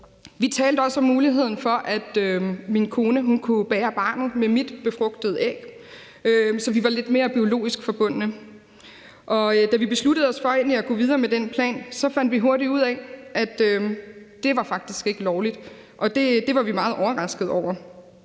Vi talte også om muligheden for, at min kone kunne bære barnet med mit befrugtede æg, så vi var lidt mere biologisk forbundne, og da vi besluttede os for endelig at gå videre med den plan, fandt vi hurtigt ud af, at det faktisk ikke var lovligt, og det var vi meget overraskede over.